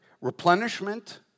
Replenishment